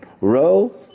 row